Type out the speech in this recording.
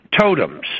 totems